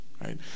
right